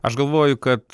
aš galvoju kad